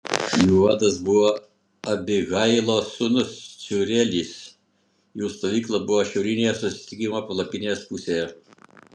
jų vadas buvo abihailo sūnus cūrielis jų stovykla buvo šiaurinėje susitikimo palapinės pusėje